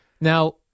Now